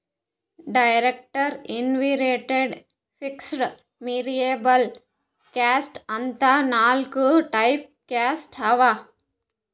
direct, indirect, fixed, variable cost ಅಂತ್ ನಾಕ್ type cost ಅವಾ